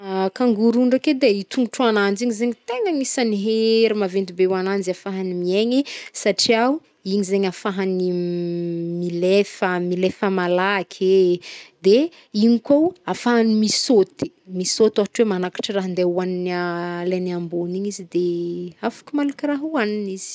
Kangoro ndraiky edy e, i tongotro ananjy igny zegny tegna agnisan'ny hery mavety be ho ananjy afahany miegny satriao igny zegny afahany m- milefa- milefa malaky e. De igny kô afahany misôty, misôt ôhatra hoe magnaktra raha andeha ho agny a- laigny ambony igny izy de afaka malaka raha hoagnigny izy.